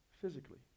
physically